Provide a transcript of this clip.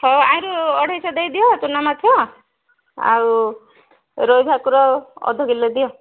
ହଁ ଆହିଁରୁ ଅଢ଼େଇଶହ ଦେଇଦିଅ ଚୁନାମାଛ ଆଉ ରୋହି ଭାକୁର ଅଧକିଲେ ଦିଅ